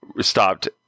Stopped